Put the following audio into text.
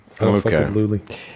Okay